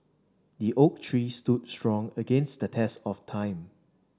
the oak tree stood strong against the test of time